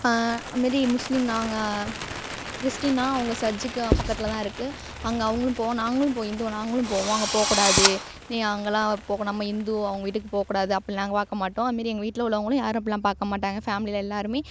அது மாரி முஸ்லீம் நாங்கள் கிறிஸ்டியன்னா அவங்க சர்சுக்கு பக்கத்தில் தான் இருக்குது அங்கே அவங்களும் போவாங்க நாங்களும் போய் ஹிந்து நாங்களும் போவோம் அங்கே போகக்கூடாது நீ அங்கெலாம் போக நம்ம ஹிந்து அவங்க வீட்டுக்கு போகக்கூடாது அப்போல்லாம் நாங்கள் பார்க்க மாட்டோம் அது மாரி எங்கள் வீட்டில உள்ளவங்களும் யாரும் அப்போல்லாம் பார்க்க மாட்டாங்க ஃபேம்லியில எல்லாருமே